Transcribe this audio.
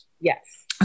Yes